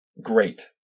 great